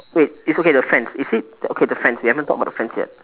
wait is okay the fence is it okay the fence we haven't talk about the fence yet